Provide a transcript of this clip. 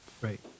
Right